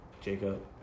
Jacob